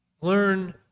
learn